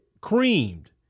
creamed